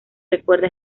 recuerda